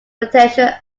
potential